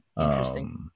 Interesting